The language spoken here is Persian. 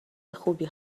خوبی